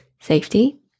Safety